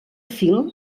fil